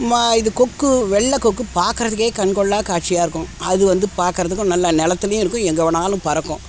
மா இது கொக்கு வெள்ளை கொக்கு பார்க்கறதுக்கே கண்கொள்ளா காட்சியாக இருக்கும் அது வந்து பார்க்கறதுக்கும் நல்லா நிலத்துலியும் இருக்கும் எங்கே வேணாலும் பறக்கும்